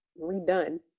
redone